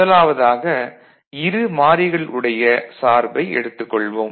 முதலாவதாக இரு மாறிகள் உடைய சார்பை எடுத்துக் கொள்வோம்